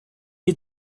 had